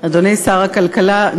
אדוני שר הכלכלה,